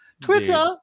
twitter